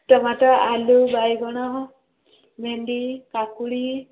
tomato ଆଳୁ ବାଇଗଣ ଭେଣ୍ଡି କାକୁଡ଼ି